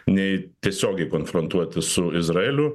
nei tiesiogiai konfrontuoti su izraeliu